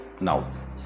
now